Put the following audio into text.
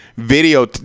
Video